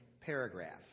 paragraph